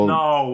no